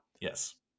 Yes